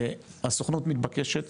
הסוכנות מתבקשת